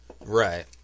Right